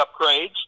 upgrades